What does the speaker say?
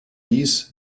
dies